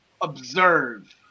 Observe